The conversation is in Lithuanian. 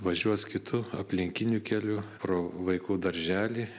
važiuos kitu aplinkiniu keliu pro vaikų darželį